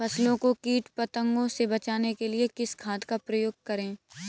फसलों को कीट पतंगों से बचाने के लिए किस खाद का प्रयोग करें?